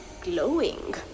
glowing